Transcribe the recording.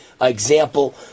example